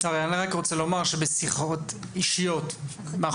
אני רק רוצה לומר שבשיחות אישיות עם יואב קיש,